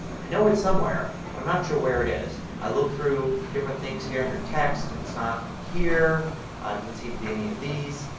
i know it's somewhere but i'm not sure where it is. i look through different things here under text. it's not here. ah it doesn't seem to be any of these.